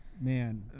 Man